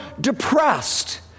depressed